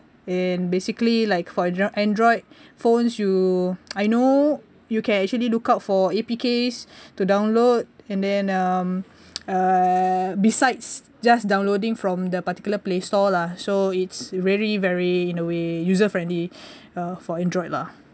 and basically like for android phones you I know you can actually look out for A_P_Ks to download and then um (uh)besides just downloading from the particular play store lah so it's very very in a way user friendly uh for android lah